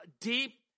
deep